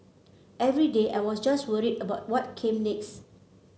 every day I was just worried about what came next